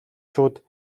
шууд